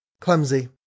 Clumsy